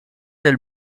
del